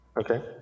Okay